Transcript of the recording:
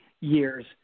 years